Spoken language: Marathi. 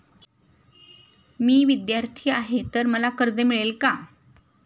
मी विद्यार्थी आहे तर मला कर्ज मिळेल का?